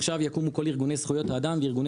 עכשיו יקומו כל ארגוני זכויות האדם וארגוני